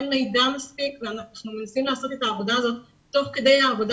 אין מידע מספיק ואנחנו מנסים לעשות את העבודה הזאת תוך כדי העבודה